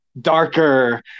darker